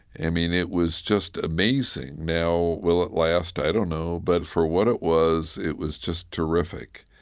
i mean, it was just amazing. now, will it last? i don't know. but for what it was, it was just terrific